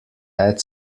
add